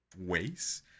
ways